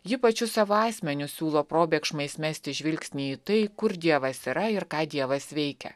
ji pačiu savo asmeniu siūlo probėgšmais mesti žvilgsnį į tai kur dievas yra ir ką dievas veikia